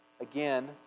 again